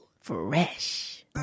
Fresh